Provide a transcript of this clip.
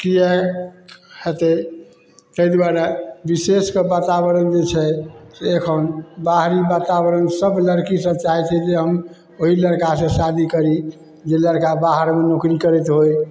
इएह हेतै ताहि दुआरे बिशेष कऽ बातावरण जे छै से एखन बाहरी बाताबरण सब लड़की सब चाहै छै जे हम ओहि लड़का से शादी करी जे लड़का बाहर नौकरी करैत होय